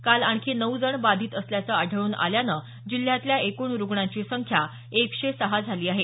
काल आणखी नऊ जण बाधित असल्याचं आढळून आल्यानं जिल्ह्यातल्या एकूण रुग्णांची संख्या एकशे सहा झाली आहे